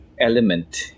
element